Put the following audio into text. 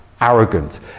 arrogant